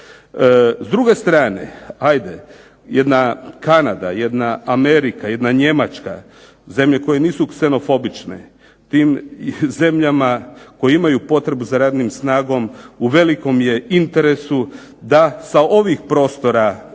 S druge strane, ajde jedna Kanada, jedna Amerika, jedna Njemačka, zemlje koje nisu ksenofobične tim zemljama koje imaju potrebu za radnom snagom u velikom je interesu da sa ovih prostora, ja